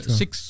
six